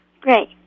Great